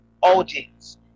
audience